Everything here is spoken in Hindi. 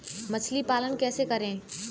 मछली पालन कैसे करें?